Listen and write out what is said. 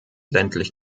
ländlich